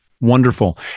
Wonderful